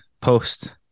post